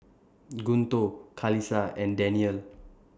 Guntur Qalisha and Daniel